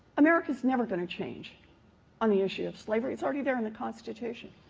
america's never going to change on the issue of slavery. it's already there in the constitution.